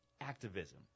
activism